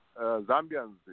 Zambians